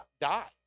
die